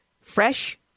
Fresh